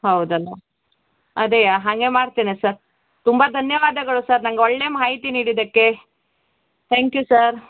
ಹೌದಲ್ಲ ಅದೇಯ ಹಾಗೆ ಮಾಡ್ತೇನೆ ಸರ್ ತುಂಬಾ ಧನ್ಯವಾದಗಳು ಸರ್ ನನ್ಗೆ ಒಳ್ಳೆಯ ಮಾಹಿತಿ ನೀಡಿದಕ್ಕೆ ಥ್ಯಾಂಕ್ ಯು ಸಾರ್